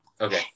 Okay